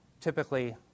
typically